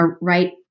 right